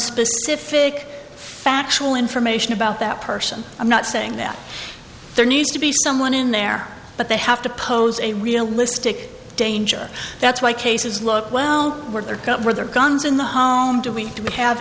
specific factual information about that person i'm not saying that there needs to be someone in there but they have to pose a realistic danger that's why cases look well where their cover their guns in the home do we need to have